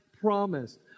promised